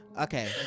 Okay